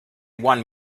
one